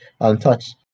untouched